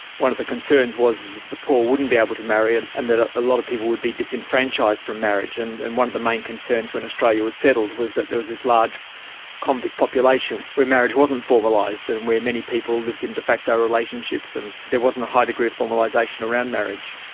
one of the concerns was that the poor wouldn't be able to marry and and that ah a lot of people would be disenfranchised from marriage. and and one of the main concerns when australia was settled was that there was this large convict population where marriage wasn't formalised and where many people lived in de facto relationships and there wasn't the high degree of formalisation around marriage.